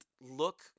look